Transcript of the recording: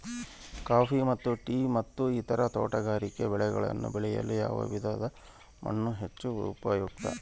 Coffee ಮತ್ತು tea ಮತ್ತು ಇತರ ತೋಟಗಾರಿಕೆ ಬೆಳೆಗಳನ್ನು ಬೆಳೆಯಲು ಯಾವ ವಿಧದ ಮಣ್ಣು ಹೆಚ್ಚು ಉಪಯುಕ್ತ?